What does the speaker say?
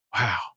wow